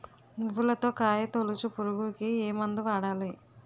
నువ్వులలో కాయ తోలుచు పురుగుకి ఏ మందు వాడాలి?